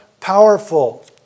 powerful